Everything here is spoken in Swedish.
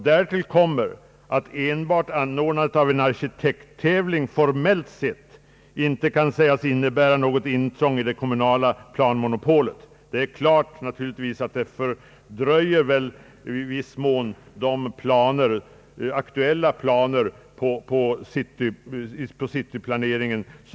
Därtill kommer att enbart anordnandet av en arkitekttävling formellt sett inte kan sägas innebära något intrång i det kommunala planmonopolet, även om det naturligtvis i viss mån fördröjer den nu aktuella cityplaneringen.